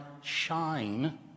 shine